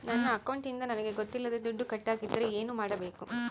ನನ್ನ ಅಕೌಂಟಿಂದ ನನಗೆ ಗೊತ್ತಿಲ್ಲದೆ ದುಡ್ಡು ಕಟ್ಟಾಗಿದ್ದರೆ ಏನು ಮಾಡಬೇಕು?